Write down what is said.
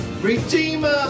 Redeemer